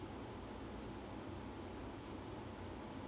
uh I can't remember his name but um